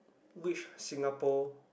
which Singapore